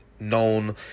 known